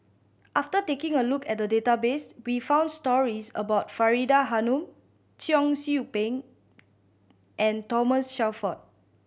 after taking a look at the database we found stories about Faridah Hanum Cheong Soo Pieng and Thomas Shelford